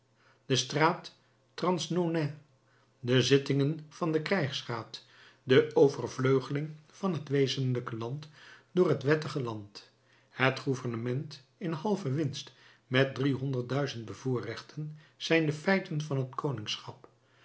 de straat transnonain de zittingen van den krijgsraad de overvleugeling van het wezenlijke land door het wettige land het gouvernement in halve winst met driehonderd duizend bevoorrechten zijn de feiten van het